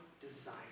desire